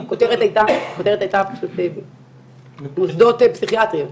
הכותרת הייתה מוסדות פסיכיאטריים.